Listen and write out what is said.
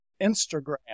Instagram